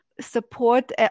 support